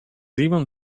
even